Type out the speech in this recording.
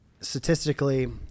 statistically